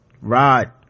Rod